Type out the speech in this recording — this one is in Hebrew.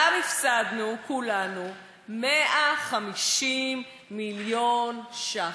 גם הפסדנו כולנו 150 מיליון ש"ח.